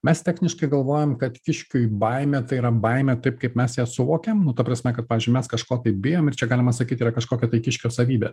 mes techniškai galvojam kad kiškiui baimė tai yra baimė taip kaip mes ją suvokiam nu ta prasme kad pavyzdžiui mes kažko tai bijom ir čia galima sakyt yra kažkokia tai kiškio savybė